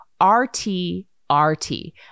RTRT